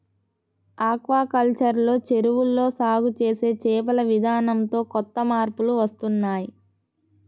aquaculture లో చెరువుల్లో సాగు చేసే చేపల విధానంతో కొత్త మార్పులు వస్తున్నాయ్